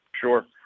sure